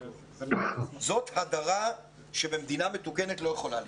זאת הדרה שבמדינה מתוקנת לא יכולה להתקיים.